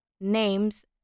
names